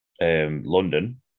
London